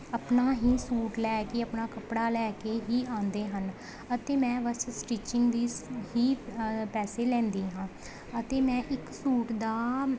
ਆਪਣਾ ਹੀ ਸੂਟ ਲੈ ਕੇ ਆਪਣਾ ਕੱਪੜਾ ਲੈ ਕੇ ਹੀ ਆਉਂਦੇ ਹਨ ਅਤੇ ਮੈਂ ਬਸ ਸਟੀਚਿੰਗ ਦੇ ਹੀ ਪੈਸੇ ਲੈਂਦੀ ਹਾਂ ਅਤੇ ਮੈਂ ਇੱਕ ਸੂਟ ਦਾ